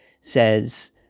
says